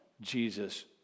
Jesus